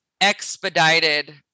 expedited